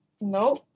no